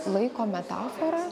laiko metafora